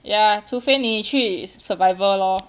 ya 除非你去 survival lor